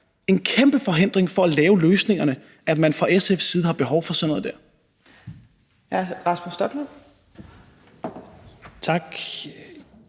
en kæmpe forhindring for at lave løsningerne, at man fra SF's side har behov for sådan noget der.